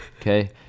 Okay